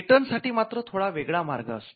patent साठी मात्र थोडा वेगळा मार्ग असतो